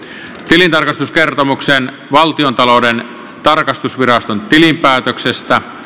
tilintarkastuskertomuksen valtiontalouden tarkastusviraston tilinpäätöksestä